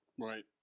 Right